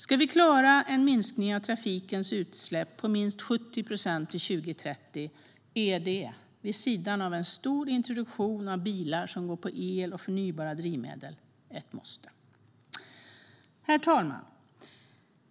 Ska vi klara en minskning av trafikens utsläpp på minst 70 procent till 2030 är det, vid sidan av en stor introduktion av bilar som går på el och förnybara drivmedel, ett måste. Herr talman!